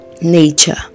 nature